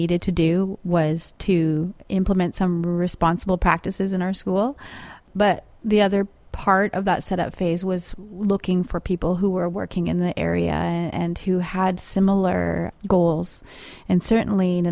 needed to do was to implement some response practices in our school but the other part of that set up phase was looking for people who were working in the area and who had similar goals and certainly